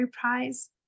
Prize